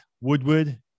Woodward